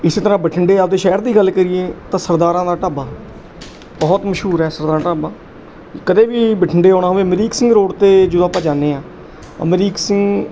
ਇਸ ਤਰ੍ਹਾਂ ਬਠਿੰਡੇ ਆਪਣੇ ਸ਼ਹਿਰ ਦੀ ਗੱਲ ਕਰੀਏ ਤਾਂ ਸਰਦਾਰਾਂ ਦਾ ਢਾਬਾ ਬਹੁਤ ਮਸ਼ਹੂਰ ਹੈ ਸਰਦਾਰ ਢਾਬਾ ਕਦੇ ਵੀ ਬਠਿੰਡੇ ਆਉਣਾ ਹੋਵੇ ਅਮਰੀਕ ਸਿੰਘ ਰੋਡ 'ਤੇ ਜਦੋਂ ਆਪਾਂ ਜਾਂਦੇ ਹਾਂ ਅਮਰੀਕ ਸਿੰਘ